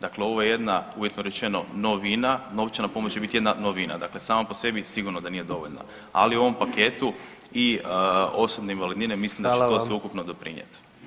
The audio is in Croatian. Dakle ovo je jedna uvjetno rečeno novina, novčana pomoć će biti jedna novina, dakle sama po sebi sigurno nije da dovoljna, ali u ovom paketu i osobne invalidnine mislim [[Upadica predsjednik: Hvala vam.]] da će to sve ukupno doprinijet.